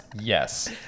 Yes